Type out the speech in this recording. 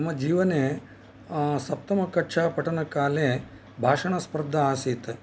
मम जीवने सप्तमकक्षापठनकाले भाषणस्पर्धा आसीत्